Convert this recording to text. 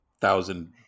thousand